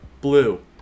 Blue